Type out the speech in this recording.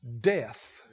death